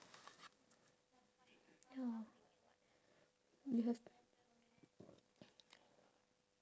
ya you have